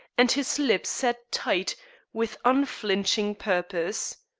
and his lips set tight with unflinching purpose.